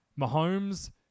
Mahomes